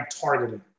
targeting